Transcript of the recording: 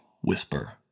whisper